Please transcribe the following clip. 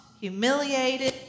humiliated